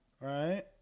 right